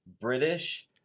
British